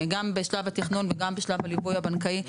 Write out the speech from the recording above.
גם בשלב התכנון וגם בשלב הליווי הבנקאי,